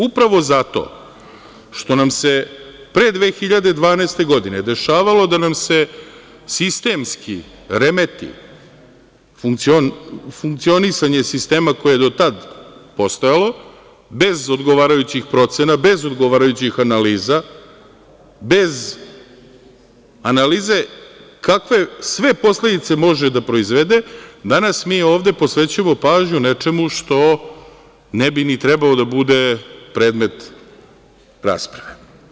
Upravo zato što nam se pre 2012. godine dešavalo da nam se sistemski remeti funkcionisanje sistema koje je do tad postojalo, bez odgovarajućih procena, bez odgovarajućih analiza, bez analize kakve sve posledice može da proizvede, danas mi ovde posvećujemo pažnju nečemu što ne bi ni trebalo da bude predmet rasprave.